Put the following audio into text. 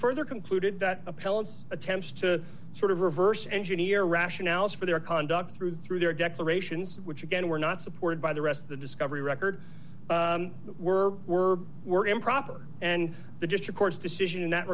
further concluded that upheld attempts to sort of reverse engineer rationales for their conduct through through their declarations which again were not supported by the rest of the discovery records were were were improper and the just records decision in that